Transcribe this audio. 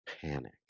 panic